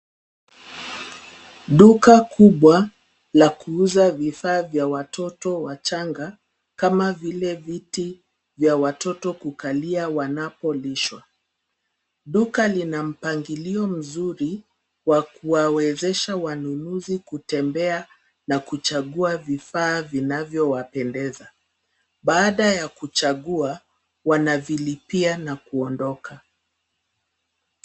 Duka kubwa la kuuza vifaa vya watoto wachanga kama vile viti vya watoto kukalia wanapolishwa. Duka lina mpangilio mzuri wa kuwawezesha wanunuzi kutembea na kuchagua vifaa vinavyowapendeza. Baada ya kuchagua, wanavilipia na kuondoka.